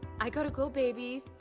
i got to go, baby.